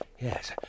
Yes